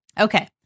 okay